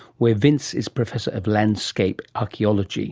where vince is professor of landscape archaeology